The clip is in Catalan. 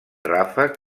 ràfec